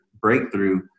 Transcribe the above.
breakthrough